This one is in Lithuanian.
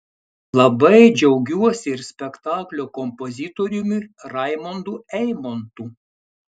labai džiaugiuosi ir spektaklio kompozitoriumi raimundu eimontu